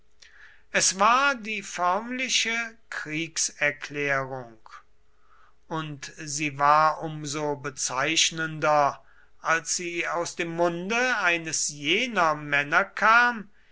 es war die förmliche kriegserklärung und sie war um so bezeichnender als sie aus dem munde eines jener männer kam